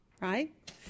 right